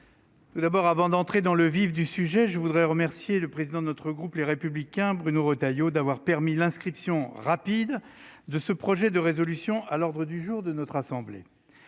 collègues, avant d'entrer dans le vif du sujet, je tiens à remercier le président du groupe Les Républicains, M. Bruno Retailleau, d'avoir permis l'inscription rapide de ce projet de résolution à l'ordre du jour de notre assemblée.